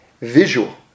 visual